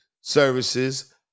services